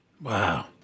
Wow